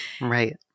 Right